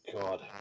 God